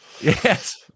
Yes